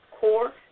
core